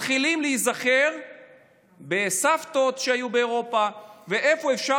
מתחילים להיזכר בסבתות שהיו באירופה ואיפה אפשר